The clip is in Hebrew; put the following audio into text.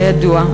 הידוע,